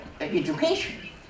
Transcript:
education